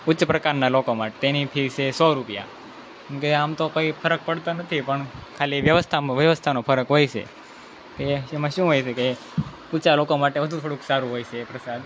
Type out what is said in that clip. ઉચ્ચ પ્રકારનાં લોકો માટે તેની ફી છે સો રૂપિયા એમ કે આમ તો કોઈ ફરક પડતો નથી પણ ખાલી વ્યવસ્થામાં વ્યવસ્થાનો ફરક હોય છે કે એમાં શું હોય છે કે ઊંચા લોકો માટે વધુ થોડુંક સારું હોય છે પ્રસાદ